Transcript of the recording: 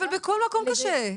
אבל בכל מקום קשה.